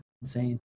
insane